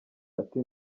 ati